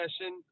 session